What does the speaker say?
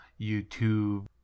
YouTube